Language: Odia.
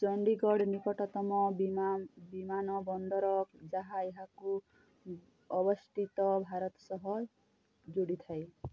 ଚଣ୍ଡିଗଡ଼ ନିକଟତମ ବିମାନ ବିମାନବନ୍ଦର ଯାହା ଏହାକୁ ଅବସ୍ଥିତ ଭାରତ ସହ ଯୋଡ଼ିଥାଏ